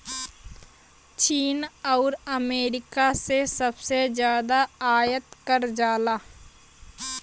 चीन आउर अमेरिका से सबसे जादा आयात करल जाला